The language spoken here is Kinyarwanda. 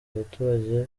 abaturage